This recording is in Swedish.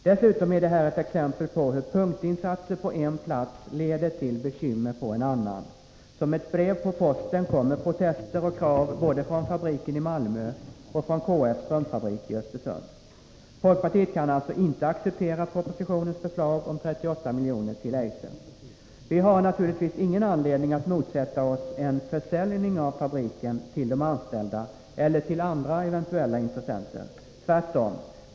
Dessutom är det här ett exempel på hur punktinsatser på en plats leder till bekymmer på en annan. Som ett brev på posten kommer protester och krav både från fabriken i Malmö och från KF:s strumpfabrik i Östersund. Folkpartiet kan alltså inte acceptera propositionens förslag om 38 miljoner till Eiser. Vi har naturligtvis ingen anledning att motsätta oss en försäljning av fabriken till de anställda eller till andra eventuella intressenter. Tvärtom.